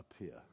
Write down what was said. appear